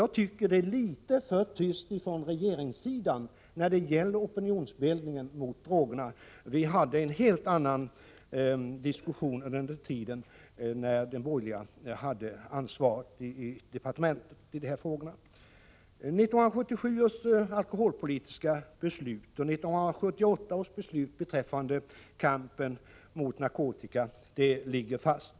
Jag tycker att det är litet för tyst från regeringens sida när det gäller just opinionsbildningen mot drogmissbruket. Vi hade en helt annan diskussion om de här frågorna under den tid då de borgerliga hade ansvaret i departementet. 1977 års alkoholpolitiska beslut och 1978 års beslut beträffande kampen mot narkotikamissbruket ligger fast.